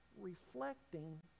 reflecting